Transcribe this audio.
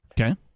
Okay